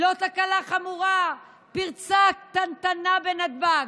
לא תקלה חמורה, פרצה קטנטנה בנתב"ג,